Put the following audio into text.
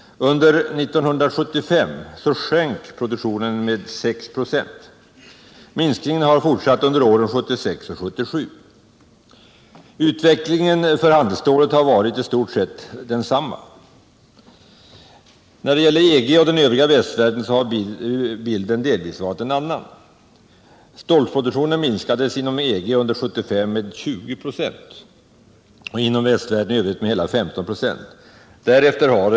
Under 1975 sjönk produktionen med 6 26. Minskningen har fortsatt under åren 1976 och 1977. Utvecklingen för handelsstålet har varit i stort sett densamma. När det gäller EG och den övriga västvärlden har bilden delvis varit en annan. Stålproduktionen inom EG minskades under 1977 med 20 ?6 och inom västvärlden i övrigt med hela 15 26.